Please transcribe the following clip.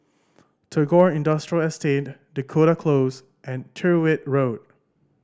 Tagore Industrial Estate Dakota Close and Tyrwhitt Road